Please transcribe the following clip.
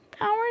hours